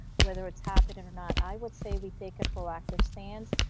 whether it's happening or not, i would say we take a proactive stance.